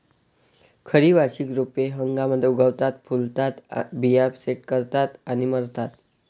खरी वार्षिक रोपे एका हंगामात उगवतात, फुलतात, बिया सेट करतात आणि मरतात